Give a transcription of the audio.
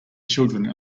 children